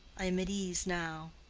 i am at ease now.